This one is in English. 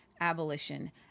abolition